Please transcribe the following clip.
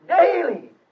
daily